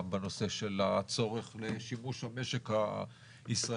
גם בנושא של הצורך לשימוש המשק הישראלי.